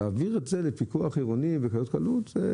להעביר את זה לפיקוח עירוני בכזאת קלות זה